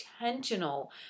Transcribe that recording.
intentional